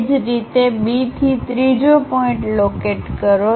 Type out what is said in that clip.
એ જ રીતે B થી ત્રીજો પોઇન્ટ લોકેટ કરો